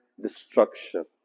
destruction